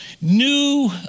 new